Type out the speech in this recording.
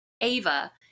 Ava